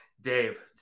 Dave